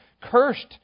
Cursed